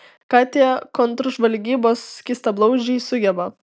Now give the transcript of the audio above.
ką tie kontržvalgybos skystablauzdžiai sugeba